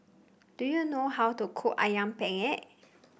do you know how to cook ayam Penyet